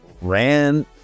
ran